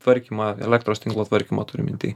tvarkymą elektros tinklo tvarkymą turiu minty